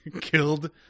...killed